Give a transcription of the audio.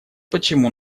почему